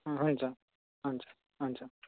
हुन्छ हुन्छ हुन्छ